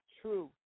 true